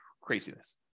Craziness